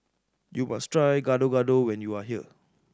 you must try Gado Gado when you are here